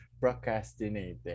procrastinating